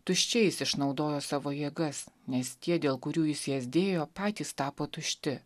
tuščiai jis išnaudojo savo jėgas nes tie dėl kurių jis jas dėjo patys tapo tušti